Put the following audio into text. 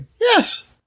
Yes